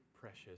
precious